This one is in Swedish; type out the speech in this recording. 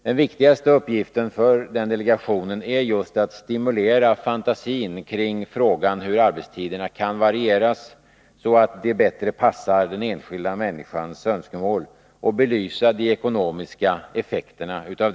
Den viktigaste uppgiften för delegationen är att stimulera fantasin kring frågan hur arbetstiderna kan varieras, så att de bättre passar den enskilda människans önskemål, och belysa de ekonomiska effekterna härav.